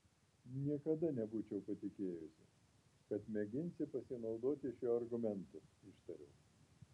niekada nebūčiau patikėjusi kad mėginsi pasinaudoti šiuo argumentu ištariau